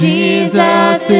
Jesus